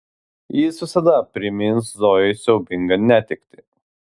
jis visada primins zojai siaubingą netektį